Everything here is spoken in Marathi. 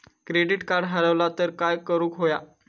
क्रेडिट कार्ड हरवला तर काय करुक होया?